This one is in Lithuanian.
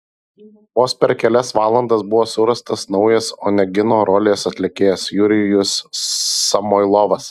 vos per kelias valandas buvo surastas naujas onegino rolės atlikėjas jurijus samoilovas